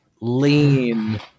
lean